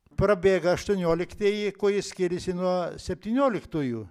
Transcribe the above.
prabėga aštuonioliktieji kuo jie skiriasi nuo septynioliktųjų